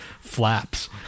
flaps